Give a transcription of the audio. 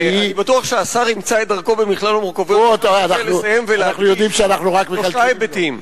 אני רוצה לסיים ולהגיד שלושה היבטים,